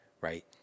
right